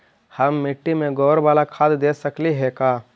हम मिट्टी में गोबर बाला खाद दे सकली हे का?